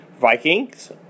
Vikings